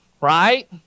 right